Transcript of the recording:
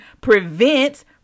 prevents